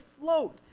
float